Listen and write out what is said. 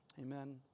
Amen